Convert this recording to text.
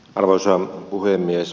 arvoisa puhemies